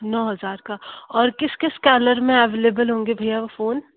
नौ हज़ार का और किस किस कलर में एवेलेबल होंगे भैया वो फ़ोन